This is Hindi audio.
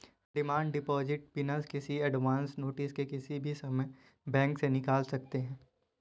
डिमांड डिपॉजिट बिना किसी एडवांस नोटिस के किसी भी समय बैंक से निकाल सकते है